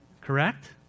Correct